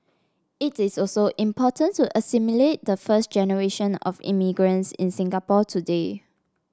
it is also important to assimilate the first generation of immigrants in Singapore today